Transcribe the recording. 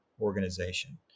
organization